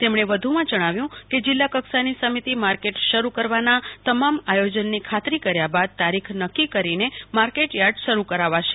તેમણે વધુમાં જણાવ્યું કે જિલ્લા કક્ષાની સમિતિ માર્કેટ શરૂ કરવાના તમામ આયોજનની ખાત્રી કર્યા બાદ તારીખ નક્કી કરીને માર્કેટ યાર્ડ શરૂ કરાવાશે